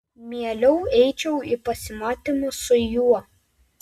mieliau eičiau į pasimatymą su juo